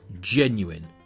genuine